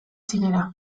txinera